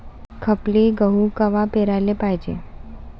खपली गहू कवा पेराले पायजे?